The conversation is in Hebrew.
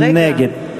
נגד.